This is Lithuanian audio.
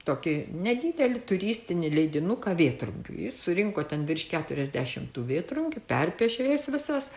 tokį nedidelį turistinį leidinuką vėtrungių jis surinko ten virš keturiasdešimt tų vėtrungių perpiešė jas visas